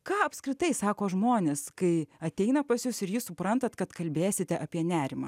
ką apskritai sako žmonės kai ateina pas jus ir jūs suprantate kad kalbėsite apie nerimą